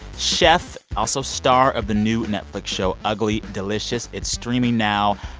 chef, also star of the new netflix show ugly delicious. it's streaming now.